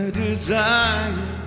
desire